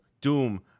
Doom